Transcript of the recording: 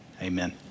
Amen